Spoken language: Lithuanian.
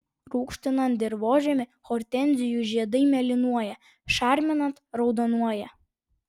rūgštinant dirvožemį hortenzijų žiedai mėlynuoja šarminant raudonuoja